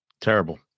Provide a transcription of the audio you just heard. terrible